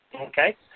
Okay